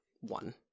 one